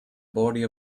body